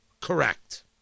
correct